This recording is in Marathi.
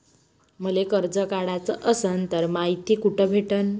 मले कर्ज काढाच असनं तर मायती कुठ भेटनं?